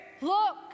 look